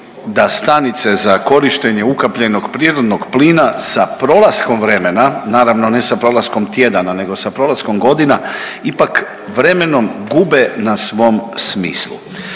da stanice za korištenje ukapljenog prirodnog plina sa prolaskom vremena, naravno ne sa prolaskom tjedana, nego sa prolaskom godina ipak vremenom gube na svom smislu.